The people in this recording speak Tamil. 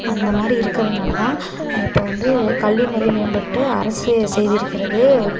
அந்தமாதிரி இருக்குறதுனால தான் இப்போது வந்து கல்வி முறை மேம்பட்டு அரசு செய்திருக்கிறது